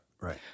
right